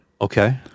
Okay